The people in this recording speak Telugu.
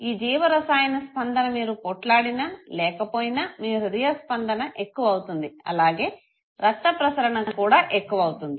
ఈ జీవరసాయన స్పందన మీరు పోట్లాడినా లేక పోయినా మీ హ్రిదయ స్పందన ఎక్కువ అవుతుంది అలాగే రక్త ప్రసరణ కూడా ఎక్కువ అవుతుంది